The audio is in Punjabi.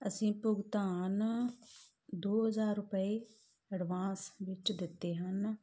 ਅਸੀਂ ਭੁਗਤਾਨ ਦੋ ਹਜ਼ਾਰ ਰੁਪਏ ਅਡਵਾਂਸ ਵਿੱਚ ਦਿੱਤੇ ਹਨ